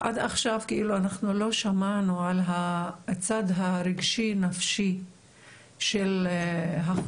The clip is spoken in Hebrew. עד עכשיו כאילו אנחנו לא שמענו על הצד הרגשי-נפשי של החולים,